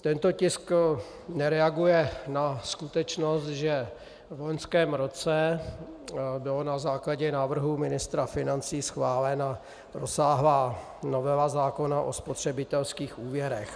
Tento tisk nereaguje na skutečnost, že v loňském roce byla na základě návrhu ministra financí schválena rozsáhlá novela zákona o spotřebitelských úvěrech.